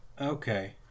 Okay